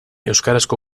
euskarazko